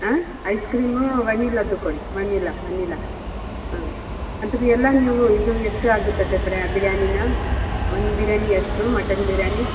ಹಾಂ ice cream ವೆನಿಲದ್ದು ಕೊಡಿ ವೆನಿಲ ವೆನಿಲ ಹಾಂ ಅಂದರೆ ಎಲ್ಲ ನೀವು ಇದು ಎಷ್ಟು ಆಗುತ್ತದೆ ಬಿರ್ಯಾನಿನ ಒಂದು ಬಿರ್ಯಾನಿ ಎಷ್ಟು ಮಟನ್ ಬಿರ್ಯಾನಿ